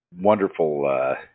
wonderful